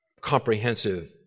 comprehensive